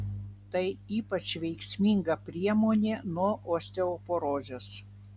tai ypač veiksminga priemonė nuo osteoporozės